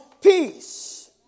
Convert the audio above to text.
peace